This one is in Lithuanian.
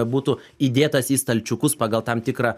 būtų įdėtas į stalčiukus pagal tam tikrą